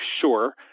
sure